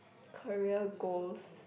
career goals